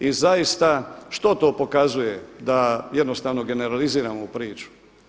I zaista što to pokazuje da jednostavno generaliziramo priču.